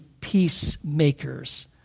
peacemakers